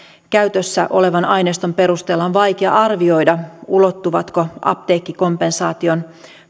käytössä olevan aineiston perusteella on vaikea arvioida ulottuvatko apteekkikompensaation